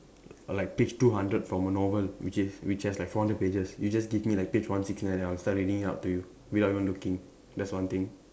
like page two hundred from a novel which is which has like four hundred pages you just give me like page one six nine I'll start reading it out to you without even looking that's one thing